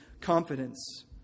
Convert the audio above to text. confidence